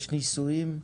יש ניסויים,